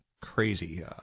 crazy